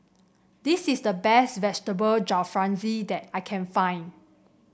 this is the best Vegetable Jalfrezi that I can find